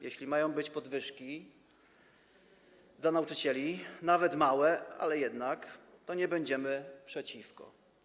Jeśli mają być podwyżki dla nauczycieli - nawet małe, ale jednak - to nie będziemy przeciw.